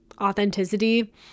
authenticity